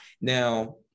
Now